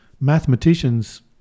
mathematicians